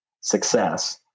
success